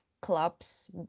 clubs